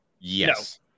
yes